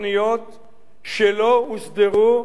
שלא הוסדרו שנים רבות,